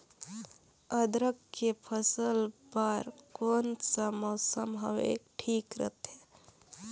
अदरक के फसल बार कोन सा मौसम हवे ठीक रथे?